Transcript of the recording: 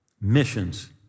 missions